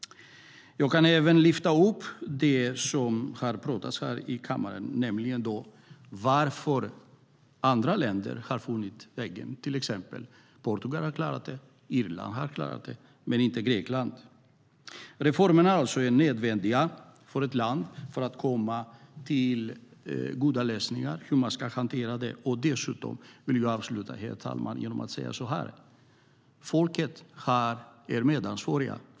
Jag kan även ta upp det som redan talats om i kammaren, nämligen varför andra länder hittat rätt väg. Till exempel har Portugal klarat det, liksom Irland, men inte Grekland. Reformer är nödvändiga för att komma fram till goda lösningar. Jag vill avsluta, herr talman, med att säga: Folket är medansvarigt.